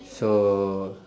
so